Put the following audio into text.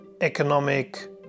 economic